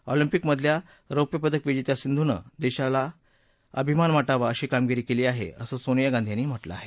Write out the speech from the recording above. ऑलिम्पिकमधल्या रोप्य पदक विजेत्या सिंधूनं देशाला अभिमान वाटावा अशी कामगिरी केली आहे असं सोनिया गांधी यांनी म्हटलं आहे